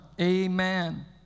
Amen